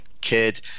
kid